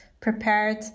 prepared